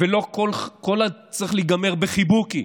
ולא הכול צריך להיגמר בחיבוקי.